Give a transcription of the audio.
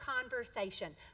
conversation